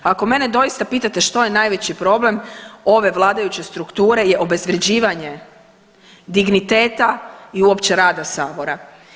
Ako mene doista pitate što je najveći problem ove vladajuće strukture, je obezvrjeđivanje digniteta i uopće rada sabora.